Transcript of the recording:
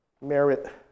Merit